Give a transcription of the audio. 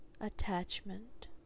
attachment